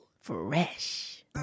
Fresh